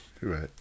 Right